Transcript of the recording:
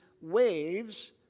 waves